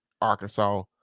Arkansas